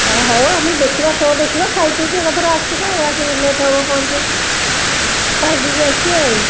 ହଁ ହଉ ଆମେ ଦେଖିବା ଶୋ ଦେଖିବା ଖାଇ ପିଇକି ଏକାଥରେ ଆସିବା ଆଉ ଆସିକି ଲେଟ୍ ହେବ ପହଞ୍ଚିବାକୁ ଖାଇ ପିଇକି ଆସିବା ଆଉ